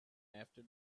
after